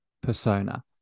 persona